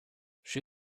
she